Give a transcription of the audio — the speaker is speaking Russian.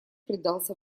предался